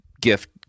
gift